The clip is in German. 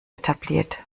etabliert